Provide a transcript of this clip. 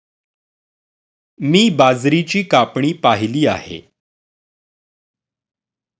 मी बाजरीची कापणी पाहिली आहे